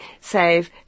save